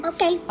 Okay